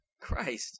Christ